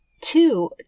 two